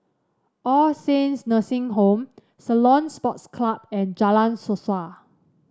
All Saints Nursing Home Ceylon Sports Club and Jalan Suasa